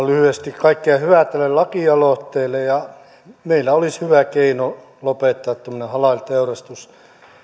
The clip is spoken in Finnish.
lyhyesti kaikkea hyvää tälle lakialoitteelle meillä olisi hyvä keino lopettaa tämmöinen halal teurastus